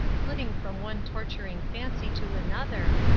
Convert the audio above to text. flitting from one torturing fancy to another,